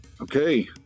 Okay